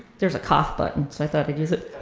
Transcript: there's a cough button, so i thought i'd use it.